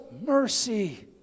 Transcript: mercy